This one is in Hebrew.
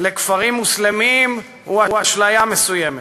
לכפרים מוסלמיים, הוא אשליה מסוימת.